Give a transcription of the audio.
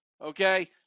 okay